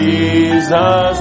Jesus